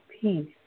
peace